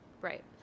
Right